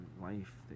life